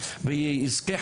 והוא יזכה,